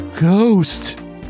Ghost